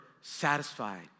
satisfied